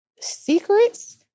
secrets